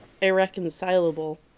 irreconcilable